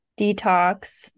detox